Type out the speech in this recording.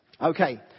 Okay